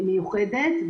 מיוחדת,